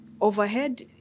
overhead